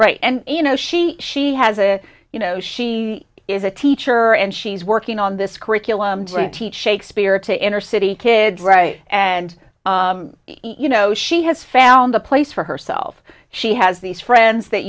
right and you know she she has a you know she is a teacher and she's working on this curriculum during teach shakespear to inner city kids right and you know she has found a place for herself she has these friends that